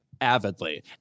avidly